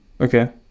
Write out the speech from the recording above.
Okay